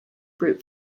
brute